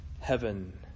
heaven